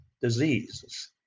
diseases